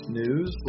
news